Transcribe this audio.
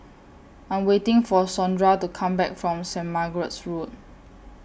I Am waiting For Sondra to Come Back from Saint Margaret's Road